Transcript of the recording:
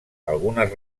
algunes